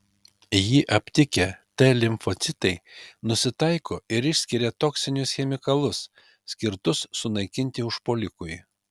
jį aptikę t limfocitai nusitaiko ir išskiria toksinius chemikalus skirtus sunaikinti užpuolikui